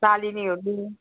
सालिनी हो कि